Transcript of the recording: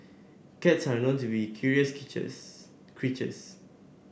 cats are known to be curious creatures